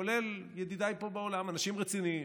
כולל ידידיי פה באולם, אנשים רציניים,